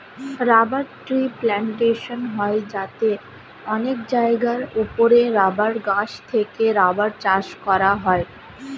rubber tree plantation হয় যাতে অনেক জায়গার উপরে রাবার গাছ থেকে রাবার চাষ করা হয়